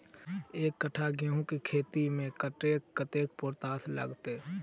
एक कट्ठा गेंहूँ खेती मे कतेक कतेक पोटाश लागतै?